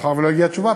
מאחר שלא הגיעה תשובה,